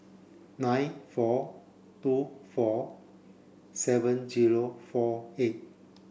nine four two four seven headquarters four eight